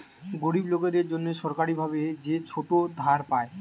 গরিব লোকদের জন্যে সরকারি ভাবে যে ছোট ধার পায়